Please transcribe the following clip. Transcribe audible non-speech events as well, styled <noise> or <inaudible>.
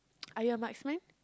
<noise> ah ya marksman